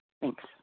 Thanks